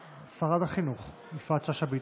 שרת החינוך יפעת שאשא ביטון.